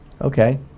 Okay